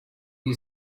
you